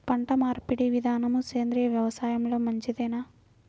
పంటమార్పిడి విధానము సేంద్రియ వ్యవసాయంలో మంచిదేనా?